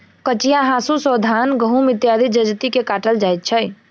कचिया हाँसू सॅ धान, गहुम इत्यादि जजति के काटल जाइत छै